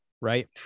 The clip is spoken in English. right